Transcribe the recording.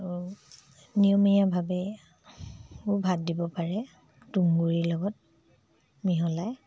আৰু নিয়মীয়াভাৱেও ভাত দিব পাৰে তুঁহগুৰিৰ লগত মিহলাই